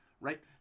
right